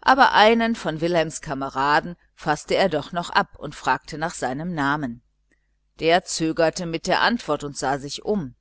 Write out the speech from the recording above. aber einen von wilhelms kameraden faßte er doch noch ab und fragte nach seinem namen der zögerte mit der antwort und sah sich um